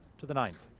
to the ninth.